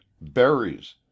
berries